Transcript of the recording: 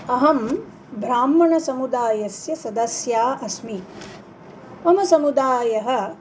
अहं ब्राह्मणसमुदायस्य सदस्या अस्मि मम समुदायः